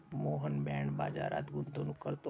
Mohan bond बाजारात गुंतवणूक करतो